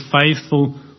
faithful